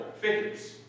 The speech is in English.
figures